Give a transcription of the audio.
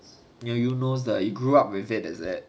near eunos 的 you grew up with it is it